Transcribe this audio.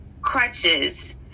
crutches